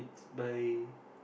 by